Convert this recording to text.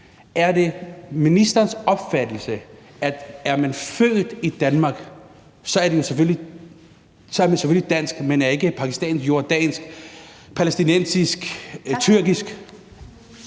Er det ministerens opfattelse, at man, hvis man er født i Danmark, selvfølgelig er dansk og ikke pakistansk, jordansk, palæstinensisk eller tyrkisk?